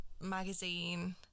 magazine